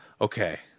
okay